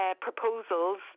proposals